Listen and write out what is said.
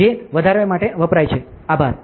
જે વધારે વપરાય છે આભાર